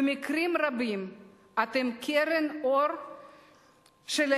במקרים רבים אתם קרן האור שלהם,